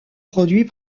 produits